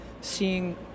seeing